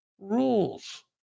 Rules